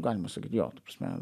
galima sakyt jo ta prasme